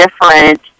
different